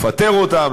נפטר אותם,